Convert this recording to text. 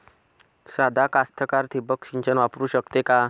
सादा कास्तकार ठिंबक सिंचन वापरू शकते का?